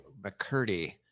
McCurdy